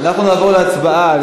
אנחנו נעבור להצבעה.